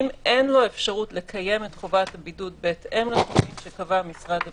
אם אין לו אפשרות לקיים את חובת הבידוד בהתאם לסעיף שקבע משרד הבריאות,